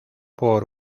por